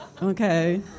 okay